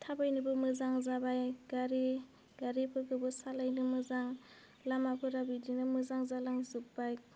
थाबायनोबो मोजां जाबाय गारि गारिफोरखौबो सालायनो मोजां लामाफोरा बिदिनो मोजां जालांजोबबाय